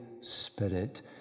Spirit